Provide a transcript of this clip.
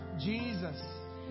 Jesus